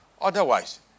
Otherwise